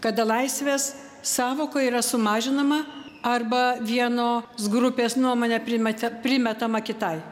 kada laisvės sąvoka yra sumažinama arba vieno s grupės nuomonė primeta primetama kitai